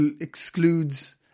excludes